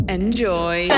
Enjoy